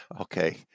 Okay